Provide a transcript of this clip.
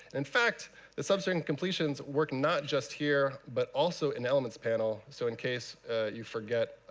in fact the sub-string completions work not just here, but also in elements panel. so in case you forget